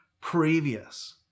previous